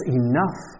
enough